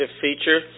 feature